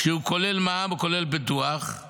כשהוא כולל מע"מ וכולל פיתוח,